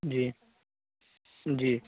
جی جی